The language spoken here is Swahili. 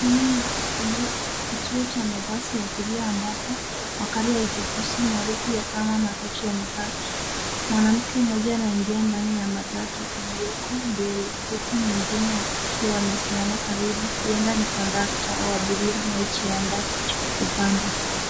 Hii ni kituo cha mabasi ya abiria ambapo magari ya uchukuzi maarufu kama matatu yamepaki, mwanamke moja anaingia ndani ya matatu iiliyoko mbele huku mwingine akiwa amesimama karibu huenda ni kondakta au abiria anayejiandaa kupanda.